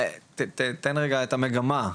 תן רגע את המגמה.